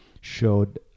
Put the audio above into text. showed